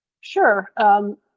Sure